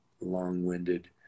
long-winded